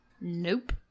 nope